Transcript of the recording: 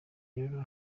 rero